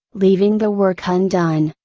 leaving the work undone,